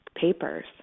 papers